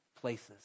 places